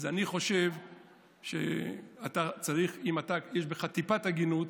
אז אני חושב שאתה, אם יש בך טיפת הגינות,